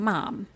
Mom